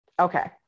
Okay